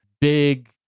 Big